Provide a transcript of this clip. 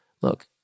Look